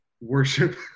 worship